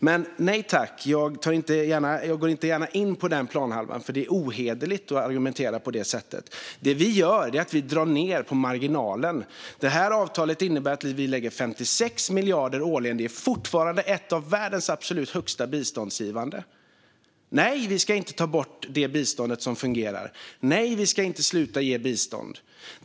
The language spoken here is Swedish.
Men, nej tack, jag går inte gärna in på den planhalvan eftersom det är ohederligt att argumentera på detta sätt. Det som vi gör är att vi drar ned på marginalen. Detta avtal innebär att vi lägger 56 miljarder kronor årligen på bistånd. Det är fortfarande ett av världens största bistånd. Nej, vi ska inte ta bort det bistånd som fungerar. Nej, vi ska inte sluta ge bistånd.